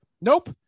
Nope